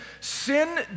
sin